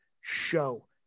show